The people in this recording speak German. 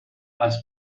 als